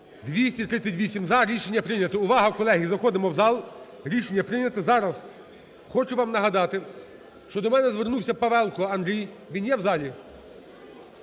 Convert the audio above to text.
За-238 Рішення прийнято. Увага, колеги! Заходимо в зал. Рішення прийнято. Зараз хочу вам нагадати, що до мене звернувся Павелко Андрій, він є в залі?